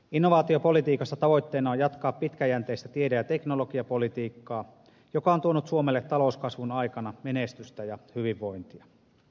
innovaatiopolitiikassa tavoitteena on jatkaa pitkäjänteistä tiede ja teknologiapolitiikkaa joka on tuonut suomelle talouskasvun aikana menestystä ja hyvinvointia